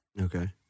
Okay